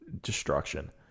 destruction